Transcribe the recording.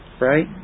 right